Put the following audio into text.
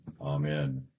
amen